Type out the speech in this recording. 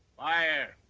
fire!